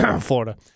Florida